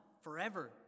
forever